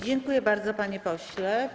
Dziękuję bardzo, panie pośle.